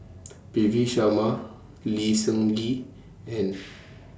P V Sharma Lee Seng Gee and